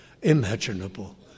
imaginable